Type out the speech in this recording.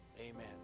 Amen